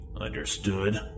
Understood